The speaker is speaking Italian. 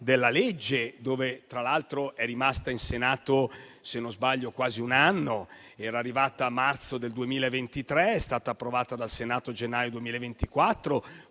della legge, che tra l'altro è rimasta in Senato, se non sbaglio, quasi un anno: era arrivata a marzo 2023 ed è stata approvata dal Senato nel gennaio 2024,